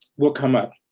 will come up.